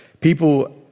people